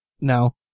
no